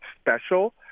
special